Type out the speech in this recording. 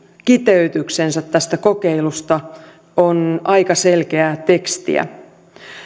kiteytyksensä tästä kokeilusta on aika selkeää tekstiä